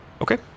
Okay